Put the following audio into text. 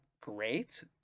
great